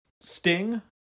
Sting